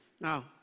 Now